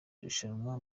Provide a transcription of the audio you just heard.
rushanwa